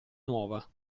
nuova